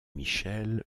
michel